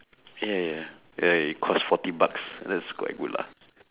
ya ya ya it cost forty bucks that's quite good lah